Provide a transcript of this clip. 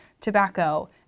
tobacco